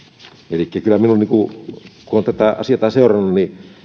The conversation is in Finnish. elikkä kun olen tätä asiaa seurannut niin